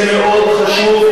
זה מאוד חשוב,